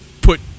put